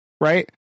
right